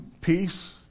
peace